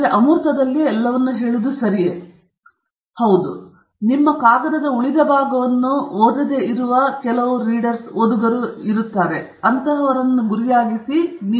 ಆದ್ದರಿಂದ ಅಮೂರ್ತವಾದವು ಎಲ್ಲವನ್ನೂ ಸರಿ ನೀಡುತ್ತದೆ ಆದರೆ ಅಲ್ಲಿ ಕೆಲವು ಕ್ಯಾಚ್ಗಳಿವೆ ನಿಮ್ಮ ಕಾಗದದ ಉಳಿದ ಭಾಗವನ್ನು ಓದದಿರುವ ಓರ್ವ ರೀಡರ್ ಅನ್ನು ಇದು ಗುರಿಯಾಗಿರಿಸಿದೆ